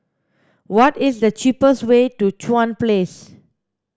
what is the cheapest way to Chuan Place